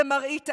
למראית עין.